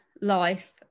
life